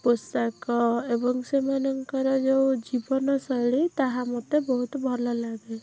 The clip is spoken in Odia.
ପୋଷାକ ଏବଂ ସେମାନଙ୍କର ଯୋଉ ଜୀବନଶୈଳୀ ତାହା ମୋତେ ବହୁତ ଭଲଲାଗେ